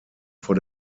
vor